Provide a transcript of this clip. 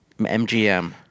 MGM